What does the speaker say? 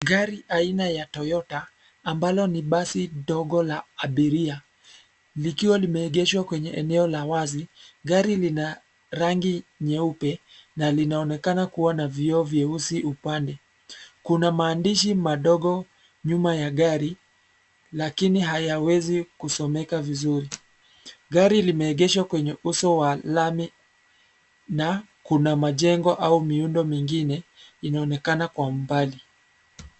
Gari aina ya Toyota ambalo ni basi dogo la abiria, likiwa limeegeshwa kwenye eneo la wazi, gari lina rangi nyeupe na linaonekana kuwa na vioo vyeusi upande. Kuna maandishi madogo nyuma ya gari lakini hayawezi kusomeka vizuri. Gari limeegeshwa kwenye uso wa lami na kuna majengo au miundo mingine inaonekana kwa umbali.